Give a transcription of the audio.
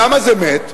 למה זה מת?